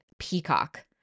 peacock